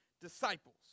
disciples